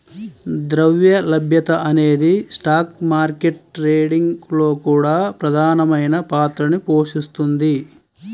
ద్రవ్య లభ్యత అనేది స్టాక్ మార్కెట్ ట్రేడింగ్ లో కూడా ప్రధానమైన పాత్రని పోషిస్తుంది